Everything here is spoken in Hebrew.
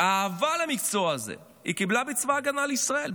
האהבה למקצוע הזה היא קיבלה בצבא ההגנה לישראל,